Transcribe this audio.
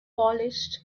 polished